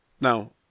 Now